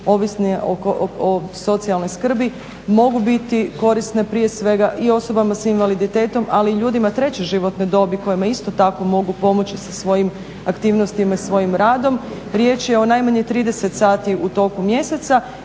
ovisne o socijalnoj skrbi mogu biti korisne prije svega i osobama sa invaliditetom ali i ljudima treće životne dobi kojima isto tako mogu pomoći sa svojim aktivnostima i svojim radom. Riječ je o najmanje 30 sati u toku mjeseca.